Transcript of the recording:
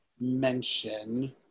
mention